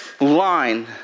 line